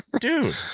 dude